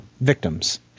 victims